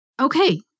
Okay